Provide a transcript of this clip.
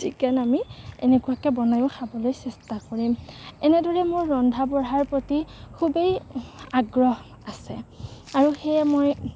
chicken আমি এনেকুৱাকৈ বনাইও খাবলৈ চেষ্টা কৰিম এনেদৰে মোৰ ৰন্ধা বঢ়াৰ প্ৰতি খুবেই আগ্ৰহ আছে আৰু সেয়ে মই